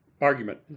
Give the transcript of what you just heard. argument